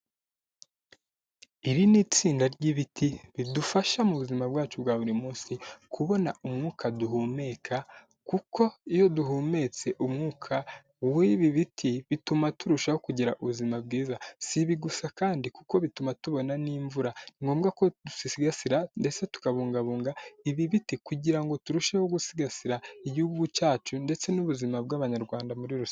Iri ni itsinda ry'ibiti ridufasha mu buzima bwacu bwa buri munsi, kubona umwuka duhumeka kuko iyo duhumetse umwuka wibi biti bituma turushaho kugira ubuzima bwiza. Si ibi gusa kandi kuko bituma tubona n'imvura ni ngombwa ko dusigasigasira ndetse tukabungabunga ibiti kugira ngo turusheho gusigasira igihugu cyacu ndetse n'ubuzima bw'abanyarwanda muri rusange.